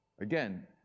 again